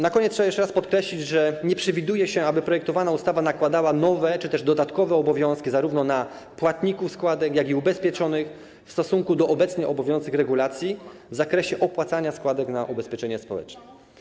Na koniec trzeba jeszcze raz podkreślić, że nie przewiduje się, aby projektowana ustawa nakładała nowe czy też dodatkowe obowiązki zarówno na płatnika składek, jak i ubezpieczonych w stosunku do obecnie obowiązujących regulacji w zakresie opłacania składek na ubezpieczenie społeczne.